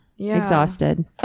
exhausted